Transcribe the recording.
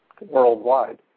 worldwide